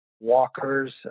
Walker's